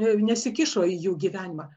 nesikišo į jų gyvenimą